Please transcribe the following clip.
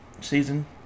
season